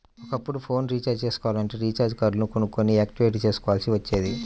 ఒకప్పుడు phone recharge చేసుకోవాలంటే recharge కార్డులు కొనుక్కొని యాక్టివేట్ చేసుకోవాల్సి వచ్చేది